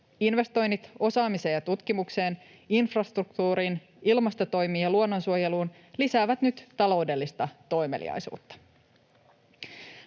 Investoinnit osaamiseen ja tutkimukseen, infrastruktuuriin, ilmastotoimiin ja luonnonsuojeluun lisäävät nyt taloudellista toimeliaisuutta.